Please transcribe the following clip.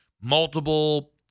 multiple